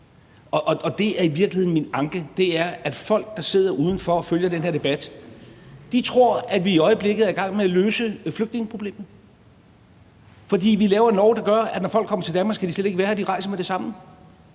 Og det er i virkeligheden min anke, altså at folk, der sidder udenfor og følger den her debat, tror, at vi i øjeblikket er i gang med at løse flygtningeproblemet, fordi vi laver en lov, der gør, at når folk kommer til Danmark, skal de slet ikke være her, de rejser med det samme.